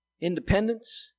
Independence